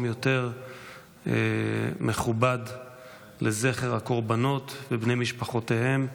יותר מכובד לזכר הקורבנות ובני משפחותיהם.